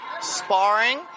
Sparring